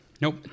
Nope